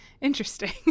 Interesting